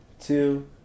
two